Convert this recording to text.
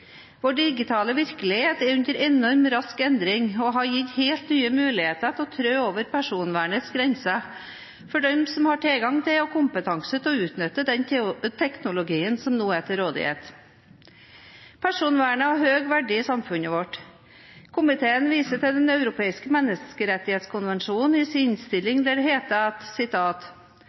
Vår digitale virkelighet er under enormt rask endring og har gitt helt nye muligheter til å trå over personvernets grenser for dem som har tilgang og kompetanse til å utnytte den teknologien som nå er til rådighet. Personvernet har høy verdi i samfunnet vårt. Komiteen viser i sin innstilling til Den europeiske